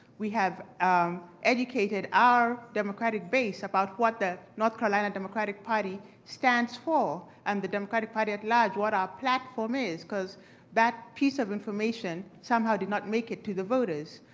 we have educated our democratic base about what the north carolina democratic party stands for, and the democratic party at large, what our platform is. cause that piece of information, somehow, did not make it to the voters.